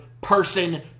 person